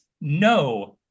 no